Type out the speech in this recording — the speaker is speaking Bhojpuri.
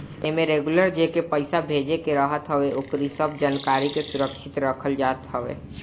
एमे रेगुलर जेके पईसा भेजे के रहत हवे ओकरी सब जानकारी के सुरक्षित रखल जात हवे